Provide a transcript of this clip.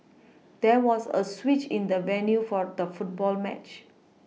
there was a switch in the venue for the football match